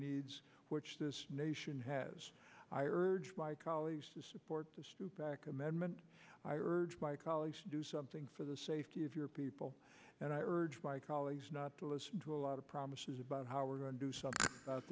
needs which this nation has i urge my colleagues to support the stupak amendment i urge my colleagues to do something for the safety of your people and i urge my colleagues not to listen to a lot of promises about how we're going to do something about